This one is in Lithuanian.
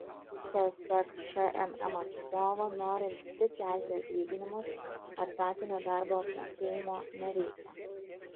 pasak šmm atstovo norint tik kelti atlyginimus etatinio darbo apmokėjimo nereikia